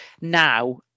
now